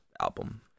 album